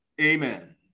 amen